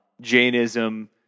Jainism